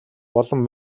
болон